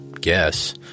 guess